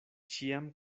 ĉiam